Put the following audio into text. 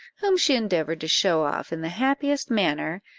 whom she endeavoured to show off in the happiest manner,